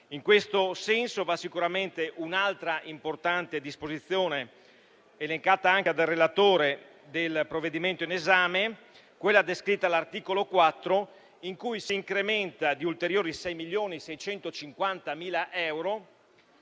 In questo senso va sicuramente un'altra importante disposizione, citata anche dal relatore, del provvedimento in esame: quella descritta all'articolo 4, in cui si incrementa di ulteriori 6.650.000 euro